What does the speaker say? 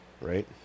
Right